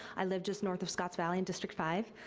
i live just north of scotts valley in district five.